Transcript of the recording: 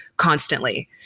constantly